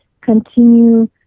continue